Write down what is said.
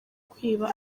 kwiba